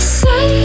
say